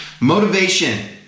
motivation